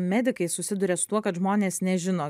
medikai susiduria su tuo kad žmonės nežino